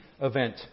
event